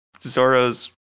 Zoro's